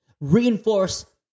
reinforce